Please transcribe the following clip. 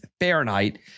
Fahrenheit